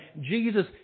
Jesus